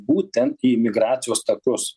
būtent į migracijos takus